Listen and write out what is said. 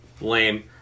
Lame